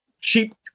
cheap